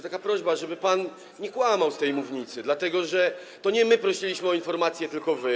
Taka prośba, żeby pan nie kłamał z tej mównicy, dlatego że to nie my prosiliśmy o informację, tylko wy.